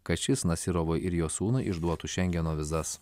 kad šis nasyrovui ir jo sūnui išduotų šengeno vizas